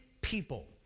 people